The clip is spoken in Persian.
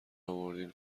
آوردین